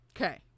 Okay